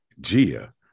Gia